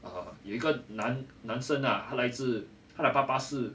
err 有一个男男生啦来自他的爸爸是